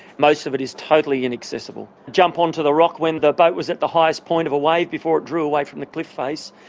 most of it is totally inaccessible. you jump onto the rock when the boat was at the highest point of a wave before it drew away from the cliff face,